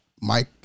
Mike